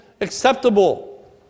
acceptable